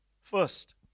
first